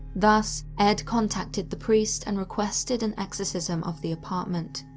thus, ed contacted the priest and requested an exorcism of the apartment.